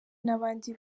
n’abandi